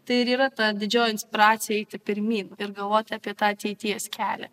tai ir yra ta didžioji inspiracija eiti pirmyn ir galvoti apie tą ateities kelią